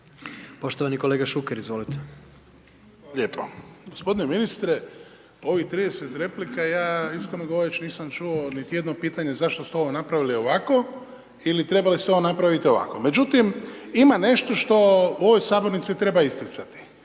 Poštovani kolega Šuker, izvolite. **Šuker, Ivan (HDZ)** Hvala. Gospodine ministre, ovih 30 replika, ja iskreno govoreći nisam čuo niti jedno pitanje zašto ste ovo napravili ovako ili trebali ste ovo napraviti ovako. Međutim, ima nešto što u ovoj sabornici treba isticati.